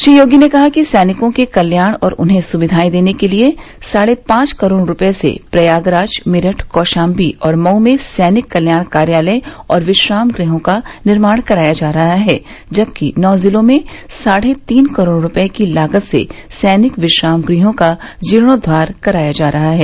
श्री योगी ने कहा कि सैनिकों के कल्याण और उन्हें सुविवायें देने के लिये साढ़े पांच करोड़ रूपये से प्रयागराज मेरठ कौशाम्बी और मऊ में सैनिक कल्याण कार्यालय और विश्राम गृहों का निर्माण कराया जा रहा है जबकि नौ ज़िलों में साढ़े तीन करोड़ रूपये की लागत से सैनिक विश्राम ग्रहों का जीर्णोद्वार कराया जा रहा है